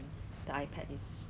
但是呢